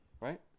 right